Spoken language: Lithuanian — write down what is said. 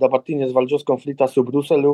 dabartinis valdžios konfliktas su briuseliu